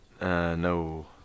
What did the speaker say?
no